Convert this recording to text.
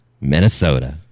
Minnesota